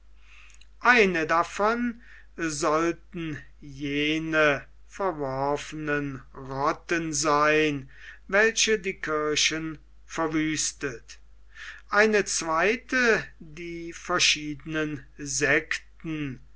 eine davon sollten jene verworfenen rotten sein welche die kirchen verwüstet eine zweite die verschiedenen sekten